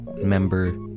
member